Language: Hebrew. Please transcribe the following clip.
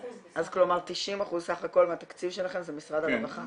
אז כלומר 90% סך הכל מהתקציב שלכם זה משרד הרווחה?